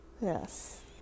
Yes